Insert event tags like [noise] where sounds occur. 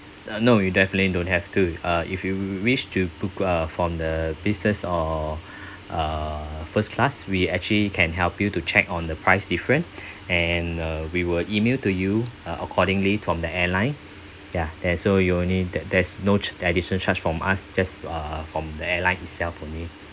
uh no you definitely don't have to uh if you wish to book uh from the business or uh first class we actually can help you to check on the price different [breath] and uh we will email to you uh accordingly from the airline ya there so you only that there's no additional charge from us just uh from the airline itself only